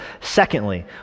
Secondly